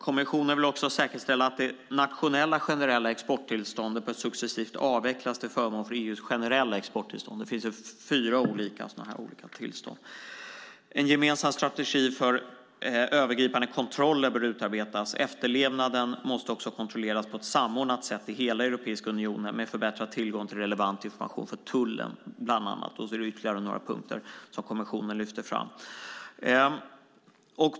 Kommissionen vill också säkerställa att det nationella generella exporttillståndet successivt avvecklas till förmån för EU:s generella exporttillstånd. Det finns fyra olika sådana tillstånd. En gemensam strategi för övergripande kontroller bör utarbetas. Efterlevnaden måste också kontrolleras på ett samordnat sätt i hela Europeiska unionen, med förbättrad tillgång till relevant information för tullen bland annat. Därefter är det ytterligare några punkter som kommissionen lyfter fram.